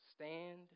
stand